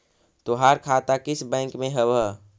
तोहार खाता किस बैंक में हवअ